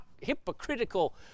hypocritical